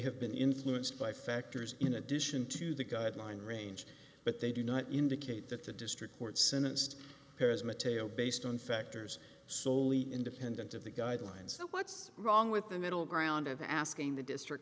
have been influenced by factors in addition to the guideline range but they do not indicate that the district court sentenced her as material based on factors soley independent of the guidelines so what's wrong with the middle ground of asking the district